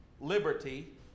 liberty